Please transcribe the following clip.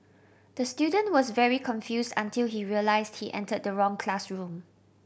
the student was very confuse until he realise he enter the wrong classroom